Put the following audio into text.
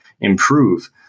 improve